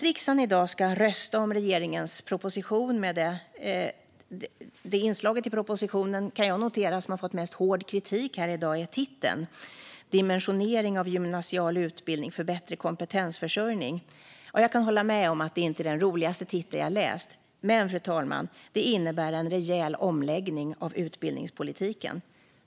Riksdagen ska i dag rösta om regeringens proposition med titeln - det inslag i propositionen som, kan jag notera, har fått hårdast kritik här i dag - Dimensionering av gymnasial utbildning för bättre kompetensförsörjning . Jag kan hålla med om att det inte är den roligaste titel jag läst. Men, fru talman, propositionen innebär en rejäl omläggning av utbildningspolitiken.